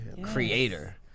creator